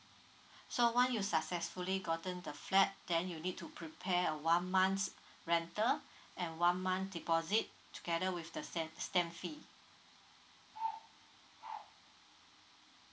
so once you successfully gotten the flat then you need to prepare a one month rental and one month deposit together with the said stamp fee